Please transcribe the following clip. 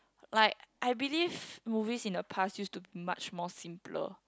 like I believed movies in the past used to much more simpler